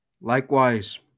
Likewise